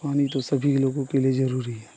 पानी तो सभी लोगों के लिए ज़रूरी है